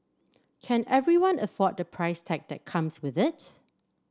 can everyone afford the price tag that comes with it